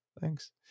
Thanks